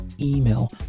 email